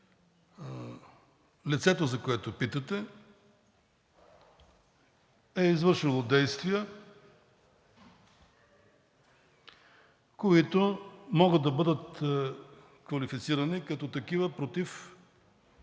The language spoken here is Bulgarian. лицето, за което питате, е извършило действия, които могат да бъдат квалифицирани като такива против